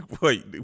Wait